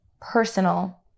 personal